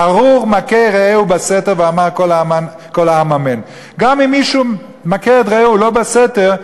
"ארור מכה רעהו בסתר ואמר כל העם אמן" אם מישהו מכה את רעהו לא בסתר,